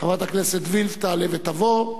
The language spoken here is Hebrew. חברת הכנסת וילף תעלה ותבוא.